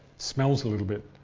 smells a little bit.